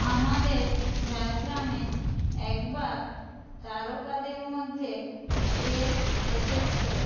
আমাদের ঝাড়গ্রামে একবার তারকাদের মধ্যে দেব এসেছিলো